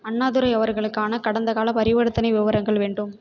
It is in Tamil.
அண்ணாதுரை அவர்களுக்கான கடந்தகாலப் பரிவர்த்தனை விவரங்கள் வேண்டும்